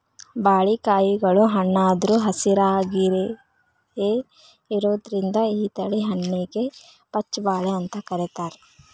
ಬಾಳಿಕಾಯಿಗಳು ಹಣ್ಣಾದ್ರು ಹಸಿರಾಯಾಗಿಯೇ ಇರೋದ್ರಿಂದ ಈ ತಳಿ ಹಣ್ಣಿಗೆ ಪಚ್ಛ ಬಾಳೆ ಅಂತ ಕರೇತಾರ